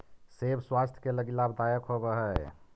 सेब स्वास्थ्य के लगी लाभदायक होवऽ हई